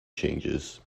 changes